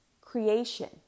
creation